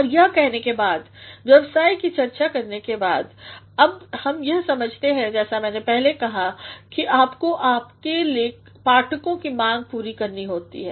और यह कहने के बाद व्यवसाय की चर्चा करने के बाद अब हम यह समझते हैं जैसा मैने पहले कहा कि आपको आपने पाठकों की मांग पूरी करने होती है